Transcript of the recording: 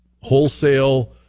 wholesale